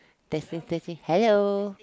testing testing hello